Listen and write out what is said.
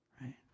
right